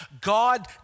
God